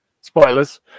spoilers